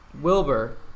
Wilbur